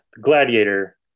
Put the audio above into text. Gladiator